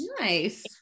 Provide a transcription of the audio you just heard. Nice